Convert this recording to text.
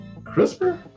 CRISPR